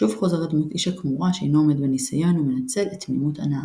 שוב חוזרת דמות איש הכמורה שאינו עומד בניסיון ומנצל את תמימות הנערה.